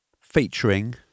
featuring